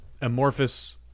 amorphous